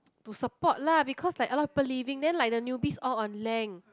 to support lah because like a lot of upper leaving then like the newbies all on length